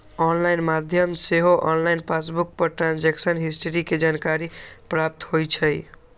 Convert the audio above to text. online माध्यम से सेहो ऑनलाइन पासबुक पर ट्रांजैक्शन हिस्ट्री के जानकारी प्राप्त हो जाइ छइ